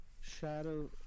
shadow